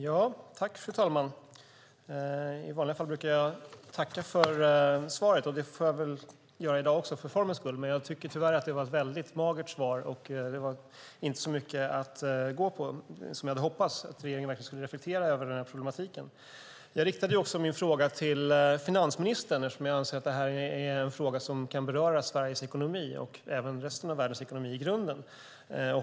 Fru talman! I vanliga fall brukar jag tacka för svaret. Det får jag väl för formens skull göra i dag också, men jag tycker tyvärr att det var ett magert svar. Det var inte så mycket att gå på, och jag hade hoppats att regeringen verkligen skulle reflektera över den här problematiken. Jag riktade min fråga till finansministern eftersom jag anser att det här är en fråga som kan beröra Sveriges ekonomi och även resten av världens ekonomi i grunden.